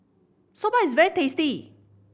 soba is very tasty